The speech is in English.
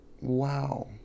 wow